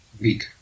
week